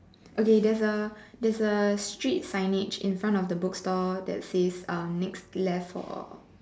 okay there's a there's a street signage in front of the book store that says um next left for